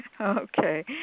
Okay